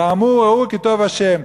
"טעמו וראו כי טוב ה'".